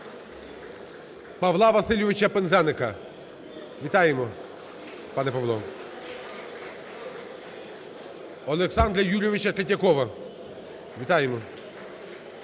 Павла Васильовича Пинзеника. Вітаємо, пане Павло. Олександра Юрійовича Третьякова. Вітаємо.